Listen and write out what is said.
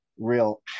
real